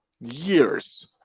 Years